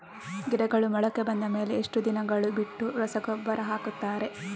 ಗಿಡಗಳು ಮೊಳಕೆ ಬಂದ ಮೇಲೆ ಎಷ್ಟು ದಿನಗಳು ಬಿಟ್ಟು ರಸಗೊಬ್ಬರ ಹಾಕುತ್ತಾರೆ?